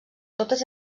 totes